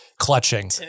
clutching